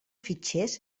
fitxers